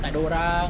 tak ada orang